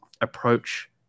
approach